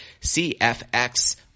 cfx